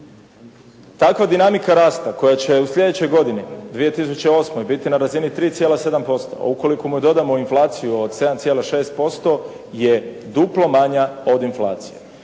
tako dinamika rasta koja će u sljedećoj godini 2008. biti na razini 3,7%, a ukoliko mu dodamo inflaciju od 7,6% je duplo manja od inflacije.